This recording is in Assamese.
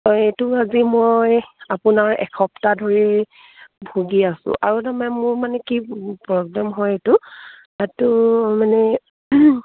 অঁ এইটো আজি মই আপোনাৰ এসপ্তাহ ধৰি ভুগি আছোঁ আৰু এটা মেম মোৰ মানে কি প্ৰব্লেম হয় এইটো দাঁতটো মানে